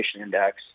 Index